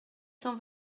cent